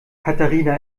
katharina